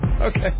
Okay